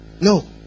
No